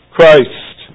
Christ